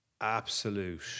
absolute